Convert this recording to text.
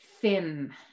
thin